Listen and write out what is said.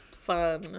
fun